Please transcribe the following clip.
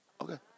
Okay